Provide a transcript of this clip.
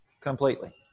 completely